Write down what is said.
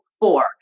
four